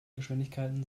geschwindigkeiten